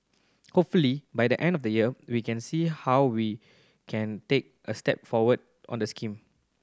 hopefully by the end of the year we can see how we can take a step forward on the scheme